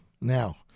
Now